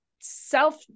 self